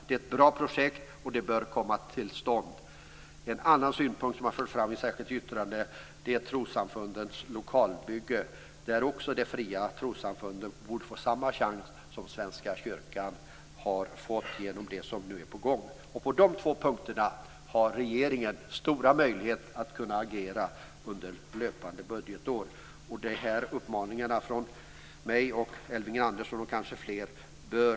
Det är ett bra projekt, och det bör komma till stånd. En annan synpunkt som har förts fram i ett särskilt yttrande är trossamfundens lokalbyggande. De fria trossamfunden borde få samma chans som Svenska kyrkan har fått genom det som nu är på gång. På de två punkterna har regeringen stora möjligheter att agera under löpande budgetår. Regeringen bör därför ta till sig de här uppmaningarna från mig, Elving Andersson och kanske fler.